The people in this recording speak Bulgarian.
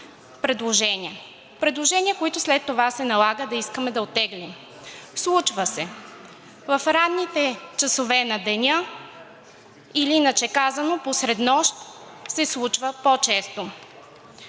предложения, които след това се налага да искаме да оттеглим. Случва се. В ранните часове на деня или, иначе казано, посред нощ се случва по-често.